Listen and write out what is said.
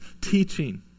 teaching